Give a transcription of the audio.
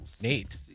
Nate